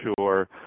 sure